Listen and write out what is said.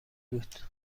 بود